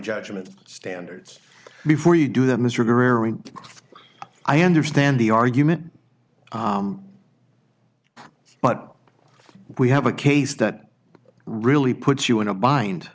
judgment standards before you do that mr greer i understand the argument but we have a case that really puts you in a bind